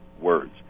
words